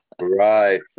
Right